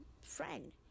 friend